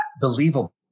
believable